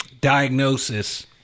diagnosis